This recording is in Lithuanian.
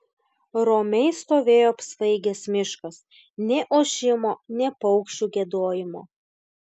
romiai stovėjo apsvaigęs miškas nė ošimo nė paukščių giedojimo